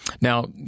Now